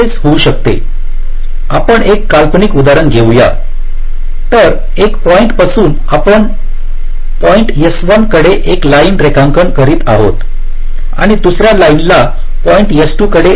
हे असेच होऊ शकते आपण एक काल्पनिक उदाहरण घेऊ या तर 1 पॉईंट पासून आपण पॉईंट S1 कडे एक लाइन रेखांकन करीत आहात आणि दुसर्या लाइनला पॉईंट S2 कडे रेखांकित करीत आहात